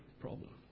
problem